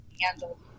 handle